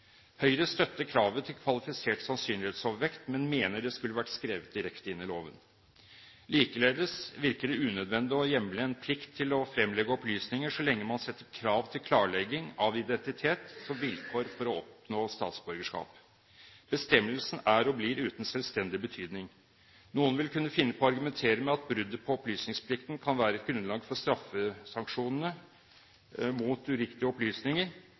Høyre støtter kravet til kvalifisert sannsynlighetsovervekt, men mener det skulle ha vært skrevet direkte inn i loven. Likeledes virker det unødvendig å hjemle en plikt til å fremlegge opplysninger så lenge man setter krav til klarlegging av identitet som vilkår for å oppnå statsborgerskap. Bestemmelsen er og blir uten selvstendig betydning. Noen vil kunne finne på å argumentere med at bruddet på opplysningsplikten kan være et grunnlag for straffesanksjoner mot uriktige opplysninger,